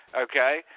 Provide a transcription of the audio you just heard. okay